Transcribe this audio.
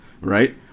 right